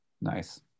Nice